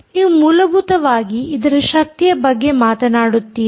ನೀವು ಮೂಲಭೂತವಾಗಿ ಇದರ ಬಗ್ಗೆ ಮಾತನಾಡುತ್ತೀರಿ